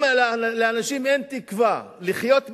אם לאנשים אין תקווה לחיות בכבוד,